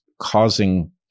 causing